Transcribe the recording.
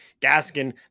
Gaskin